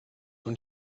und